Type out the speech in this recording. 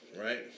right